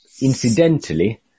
incidentally